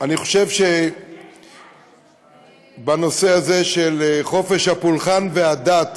אני חושב שבנושא הזה של חופש הפולחן והדת,